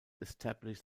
establish